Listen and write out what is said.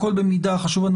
חשוב לנו